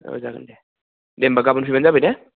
औ जागोन दे दे होमब्ला गाबोन फैब्लानो जाबाय दे